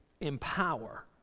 empower